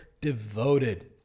devoted